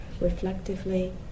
reflectively